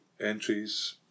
entries